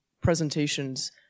presentations